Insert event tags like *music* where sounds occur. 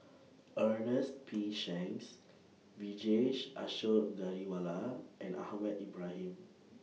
*noise* Ernest P Shanks Vijesh Ashok Ghariwala and Ahmad Ibrahim